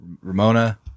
Ramona